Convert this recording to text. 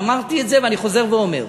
אמרתי את זה ואני חוזר ואומר: